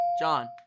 John